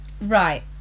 Right